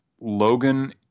Logan